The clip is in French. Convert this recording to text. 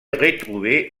retrouvé